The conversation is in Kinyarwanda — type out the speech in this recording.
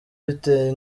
biteye